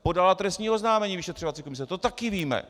Podala trestní oznámení vyšetřovací komise, to taky víme.